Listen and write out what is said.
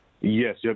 Yes